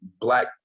black